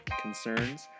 concerns